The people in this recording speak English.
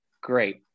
great